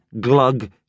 glug